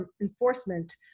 Enforcement